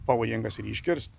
pavojingas ir jį iškirst